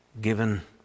given